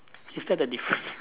is that the difference